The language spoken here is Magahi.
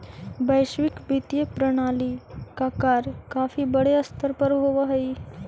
वैश्विक वित्तीय प्रणाली का कार्य काफी बड़े स्तर पर होवअ हई